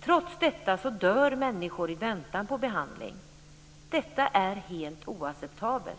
Trots detta dör människor i väntan på behandling. Detta är helt oacceptabelt.